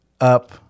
up